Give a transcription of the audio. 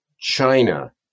China